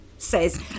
says